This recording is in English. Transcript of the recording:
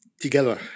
together